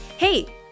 Hey